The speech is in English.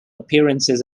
appearances